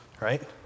Right